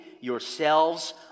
yourselves